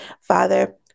Father